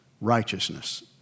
righteousness